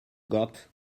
got